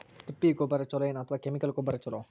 ತಿಪ್ಪಿ ಗೊಬ್ಬರ ಛಲೋ ಏನ್ ಅಥವಾ ಕೆಮಿಕಲ್ ಗೊಬ್ಬರ ಛಲೋ?